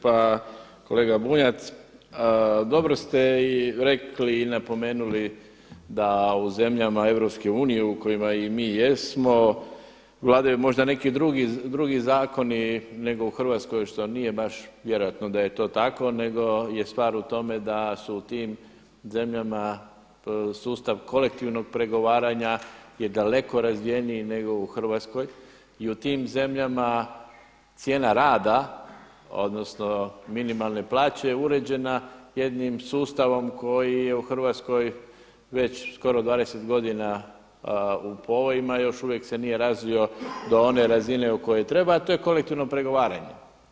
Pa kolega Bunjac, dobro ste i rekli i napomenuli da u zemljama EU u kojima mi jesmo vladaju možda neki drugi zakoni nego u Hrvatskoj što nije baš vjerojatno da je to tako nego je stvar u tome da su tim zemljama sustav kolektivnog pregovaranja je daleko razvijeniji nego u Hrvatskoj. i u tim zemljama cijena rada odnosno minimalne plaće je uređena jedini sustavom koji je u Hrvatskoj već skoro 20 godina u povojima i još uvijek se nije razvio do one razine u kojoj treba, a to je kolektivno pregovaranje.